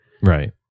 Right